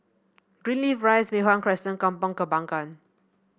Greenleaf Rise Mei Hwan Crescent Kampong Kembangan